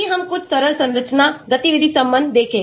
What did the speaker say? आइए हम कुछ सरल संरचना गतिविधि संबंध देखें